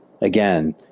again